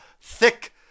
thick